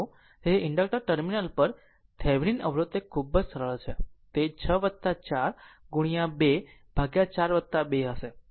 તેથી inductor terminal પર Thevenin અવરોધ તે ખૂબ જ સરળ છે તે 6 4 ગુણ્યા 24 2 હશે